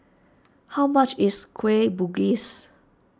how much is Kueh Bugis